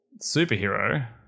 Superhero